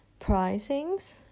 pricings